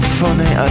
funny